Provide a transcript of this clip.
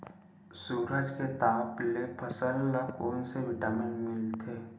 सूरज के ताप ले फसल ल कोन ले विटामिन मिल थे?